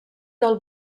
del